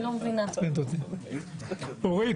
אורית,